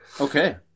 okay